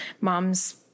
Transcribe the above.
mom's